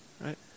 Right